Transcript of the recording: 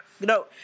No